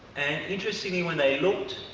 and interestingly when they looked,